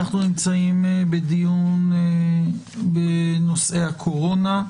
אנחנו נמצאים בדיון בנושא הקורונה.